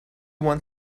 want